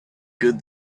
good